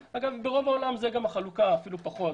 ברוב העולם זאת גם החלוקה, אפילו פחות.